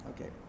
Okay